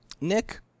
Nick